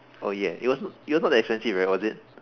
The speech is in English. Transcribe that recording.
oh ya it was not it was not that expensive right or was it